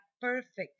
perfect